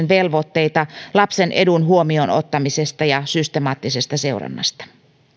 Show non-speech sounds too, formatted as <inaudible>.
<unintelligible> velvoitteita lapsen edun huomioon ottamisesta ja systemaattisesta seurannasta